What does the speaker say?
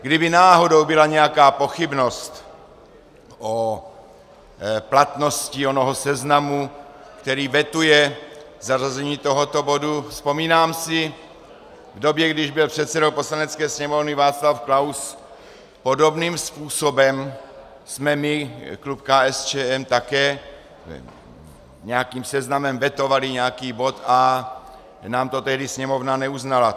Kdyby náhodou byla nějaká pochybnost o platnosti onoho seznamu, který vetuje zařazení tohoto bodu, vzpomínám si, v době, kdy byl předsedou Poslanecké sněmovny Václav Klaus, podobným způsobem jsme my, klub KSČM, také nějakým seznamem vetovali nějaký bod, a nám to tehdy Sněmovna neuznala.